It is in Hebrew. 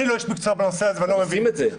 אנחנו עושים את זה.